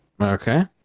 Okay